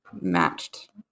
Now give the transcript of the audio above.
matched